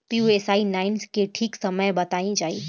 Pusa nine के ठीक समय बताई जाई?